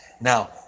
Now